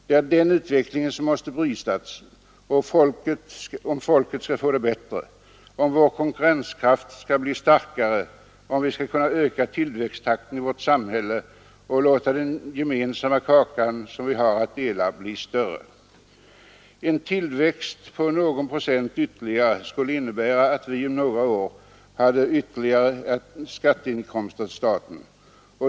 Det är den utvecklingen som måste brytas, om folket skall få det bättre, om vår konkurrenskraft skall bli starkare, om vi skall kunna öka tillväxttakten i vårt samhälle och låta den gemensamma kakan som vi har att dela bli större. En tillväxt på någon procent skulle innebära att staten om några år fick ytterligare skatteinkomster.